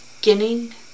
beginning